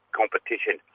competition